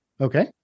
Okay